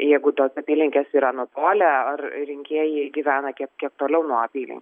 jeigu tos apylinkės yra nutolę ar rinkėjai gyvena kiek kiek toliau nuo apylinkių